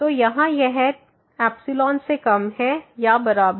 तो यहाँ यह से कम है या बराबर